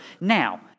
Now